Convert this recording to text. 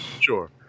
sure